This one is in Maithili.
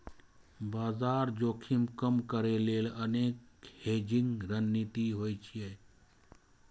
बाजार जोखिम कम करै लेल अनेक हेजिंग रणनीति होइ छै